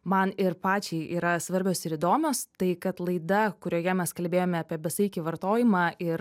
man ir pačiai yra svarbios ir įdomios tai kad laida kurioje mes kalbėjome apie besaikį vartojimą ir